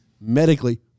medically